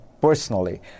personally